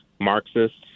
Marxists